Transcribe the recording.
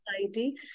society